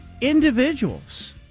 individuals